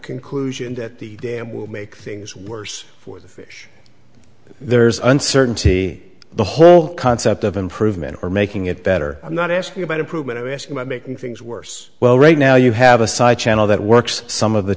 conclusion that the dam will make things worse for the fish there's uncertainty the whole concept of improvement or making it better i'm not asking about improvement i ask about making things worse well right now you have a side channel that works some of the